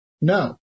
no